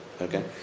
Okay